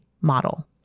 model